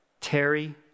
Terry